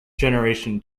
generation